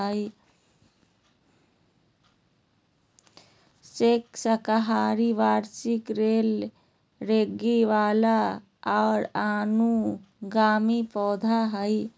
squash साकाहारी वार्षिक बेल रेंगय वला और अनुगामी पौधा हइ